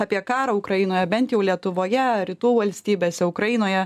apie karą ukrainoje bent jau lietuvoje rytų valstybėse ukrainoje